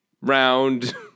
round